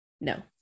no